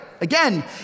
Again